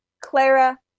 Clara